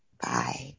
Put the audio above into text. Bye